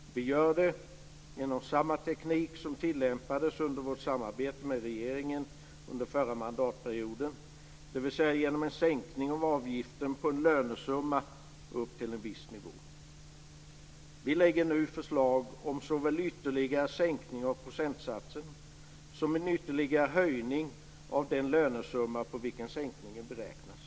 Vi gör det genom samma teknik som tillämpades under vårt samarbete med regeringen under förra mandatperioden, dvs. genom en sänkning av avgiften på en lönesumma upp till en viss nivå. Vi lägger nu fram förslag om såväl ytterligare sänkning av procentsatsen som en ytterligare höjning av den lönesumma på vilken sänkningen beräknas.